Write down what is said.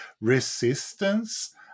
resistance